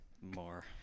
More